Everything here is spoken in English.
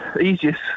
easiest